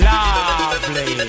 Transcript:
Lovely